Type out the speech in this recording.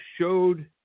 showed